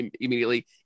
immediately